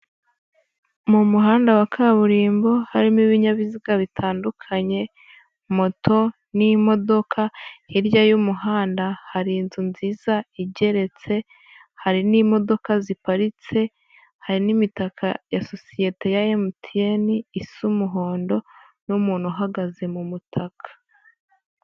Mu muhanda wa kaburimbo harimo ibinyabiziga bitandukanye, moto n'imodoka, hirya y'umuhanda hari inzu nziza igeretse, hari n'imodoka ziparitse, hari n'imitaka ya sosiyete ya Emutiyeni isa umuhondo n'umuntu uhagaze mu mutaka.